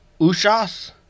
Ushas